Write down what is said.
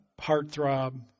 heartthrob